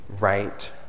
right